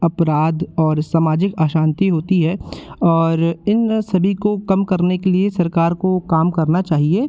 अपराध और समाजिक अशांति होती है और इन सभी को कम करने के लिए सरकार को काम करना चाहिए